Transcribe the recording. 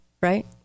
right